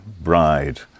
bride